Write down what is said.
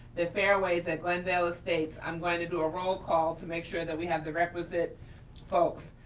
the fairways at glenn dale estates, i'm going to do a roll call to make sure that we have the requisite folks.